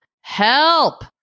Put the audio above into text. help